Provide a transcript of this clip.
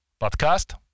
podcast